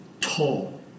tall